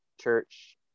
church